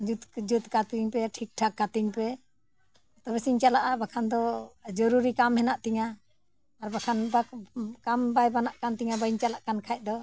ᱡᱩᱛ ᱡᱩᱛ ᱠᱟᱹᱛᱤᱧ ᱯᱮ ᱴᱷᱤᱠ ᱴᱷᱟᱠ ᱠᱟᱹᱛᱤᱧ ᱯᱮ ᱛᱚᱵᱮᱥᱤᱧ ᱪᱟᱞᱟᱜᱼᱟ ᱵᱟᱠᱷᱟᱱ ᱫᱚ ᱡᱟᱨᱩᱨᱤ ᱠᱟᱢ ᱦᱮᱱᱟᱜ ᱛᱤᱧᱟᱹ ᱟᱨ ᱵᱟᱠᱷᱟᱱ ᱠᱟᱢ ᱵᱟᱭ ᱵᱟᱱᱟᱜ ᱠᱟᱱ ᱛᱤᱧᱟᱹ ᱵᱟᱹᱧ ᱪᱟᱞᱟᱜ ᱠᱟᱱ ᱠᱷᱟᱡ ᱫᱚ